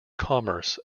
commerce